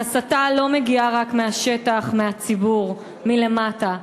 וההסתה לא מגיעה רק מהשטח, מהציבור, מלמטה.